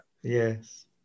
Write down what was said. yes